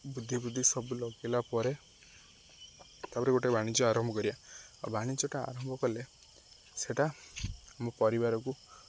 ବୁଦ୍ଧିଫୁଦ୍ଧି ସବୁ ଲଗେଇଲା ପରେ ଗୋଟେ ବାଣିଜ୍ୟ ଆରମ୍ଭ କରିବା ଆଉ ବାଣିଜ୍ୟଟା ଆରମ୍ଭ କଲେ ସେଟା ଆମ ପରିବାରକୁ